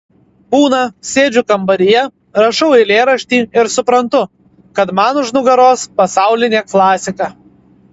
būna sėdžiu kambaryje rašau eilėraštį ir suprantu kad man už nugaros pasaulinė klasika